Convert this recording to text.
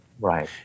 Right